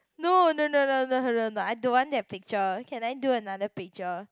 no no no no no no no I don't want that picture can I do another picture